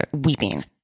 weeping